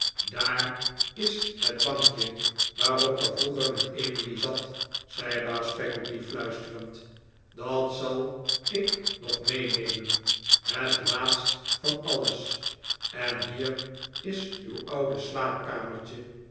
daar is het bankje waarop ge vroeger met emily zat zei baas peggotty fluisterend dat zal ik nog meenemen het laatst van alles en hier is uw oude slaapkamertje